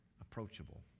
approachable